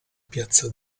piazza